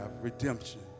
redemption